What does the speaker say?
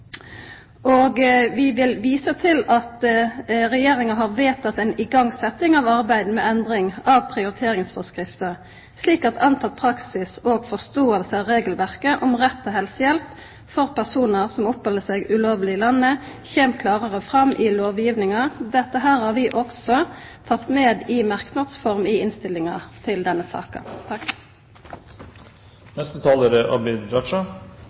Vi vil visa til at Regjeringa har vedteke ei igangsetjing av arbeid med endring av prioriteringsforskrifta, slik at anteken praksis og forståing av regelverket om rett til helsehjelp for personar som oppheld seg ulovleg i landet, kjem klarare fram i lovgivinga. Dette har vi også teke med i merknads form i innstillinga til denne saka.